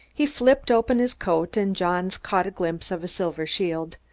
he flipped open his coat and johns caught a glimpse of a silver shield.